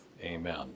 Amen